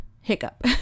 hiccup